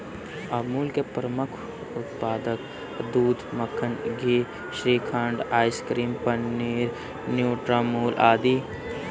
अमूल के प्रमुख उत्पाद हैं दूध, मक्खन, घी, श्रीखंड, आइसक्रीम, पनीर, न्यूट्रामुल आदि